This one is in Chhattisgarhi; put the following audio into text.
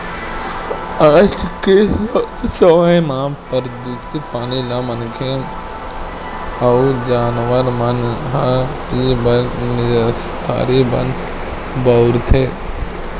आज के समे म परदूसित पानी ल मनखे अउ जानवर मन ह पीए बर, निस्तारी बर बउरथे